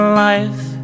life